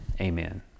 Amen